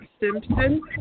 Simpson